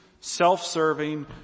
self-serving